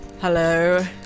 Hello